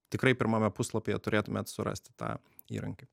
tikrai pirmame puslapyje turėtumėt surasti tą įrankį